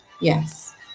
yes